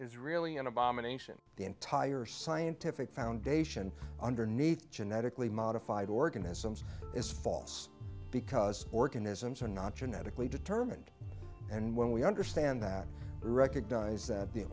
is really an abomination the entire scientific foundation underneath genetically modified organisms is false because organisms are not genetically determined and when we understand that we recognize that the